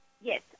Yes